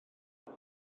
does